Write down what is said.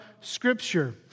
Scripture